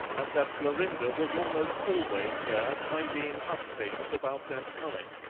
and that florinda was almost always there tidying up things about that time.